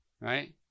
Right